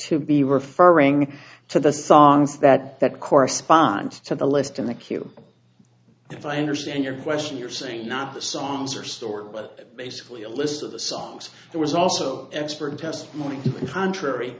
to be referring to the songs that that corresponds to the list in the q if i understand your question you're saying not the songs are stored but basically a list of the songs there was also expert testimony contrary